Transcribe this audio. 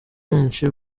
benshi